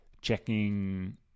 checking